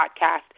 podcast